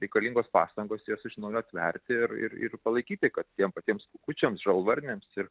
reikalingos pastangos juos iš naujo atverti ir ir ir palaikyti kad tiem patiems kukučiams žalvarniams ir